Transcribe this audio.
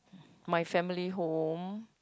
my family home